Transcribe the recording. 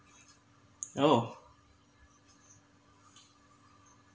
oh